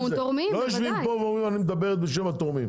הם לא יושבים פה ואומרים: אנחנו מדברים בשם התורמים.